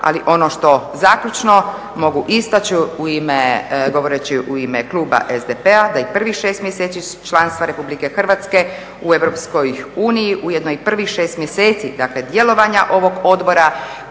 ali ono što zaključno mogu istaći u ime, govoreći u ime kluba SDP-a da i prvih šest mjeseci članstva Republike Hrvatske u EU, ujedno i prvih šest mjeseci dakle djelovanja ovog odbora